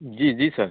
जी जी सर